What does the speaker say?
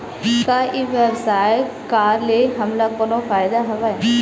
का ई व्यवसाय का ले हमला कोनो फ़ायदा हवय?